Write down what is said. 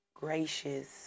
Gracious